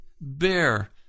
bear